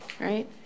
Right